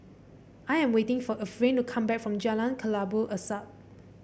I am waiting for Efrain to come back from Jalan Kelabu Asap